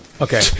Okay